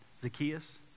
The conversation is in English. Zacchaeus